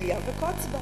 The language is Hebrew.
אליה וקוץ בה.